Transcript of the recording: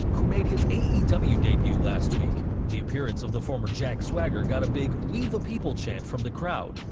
who made his aew debut debut last week, the appearance of the former jack swagger got a big we the people chant from the crowd,